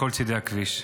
מכל צידי הכביש.